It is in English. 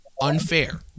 unfair